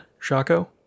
Shaco